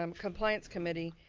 um compliance committee,